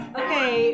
okay